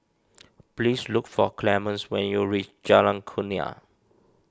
please look for Clemence when you reach Jalan Kurnia